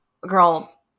girl